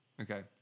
Okay